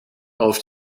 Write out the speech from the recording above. auf